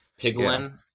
Piglin